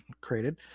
created